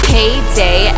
Payday